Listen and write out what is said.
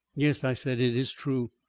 yes, i said it is true.